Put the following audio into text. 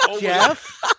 Jeff